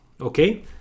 Okay